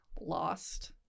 lost